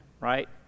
right